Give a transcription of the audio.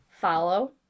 follow